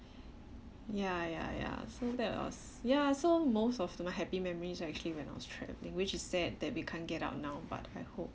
ya ya ya so that was ya so most of the my happy memories are actually when I was travelling which is sad that we can't get out now but I hope